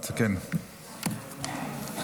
(הארכת תוקף, חרבות ברזל),